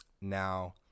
now